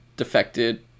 defected